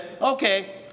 okay